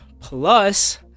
plus